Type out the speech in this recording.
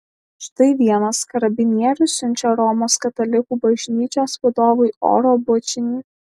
štai vienas karabinierius siunčia romos katalikų bažnyčios vadovui oro bučinį